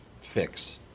fix